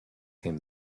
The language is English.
came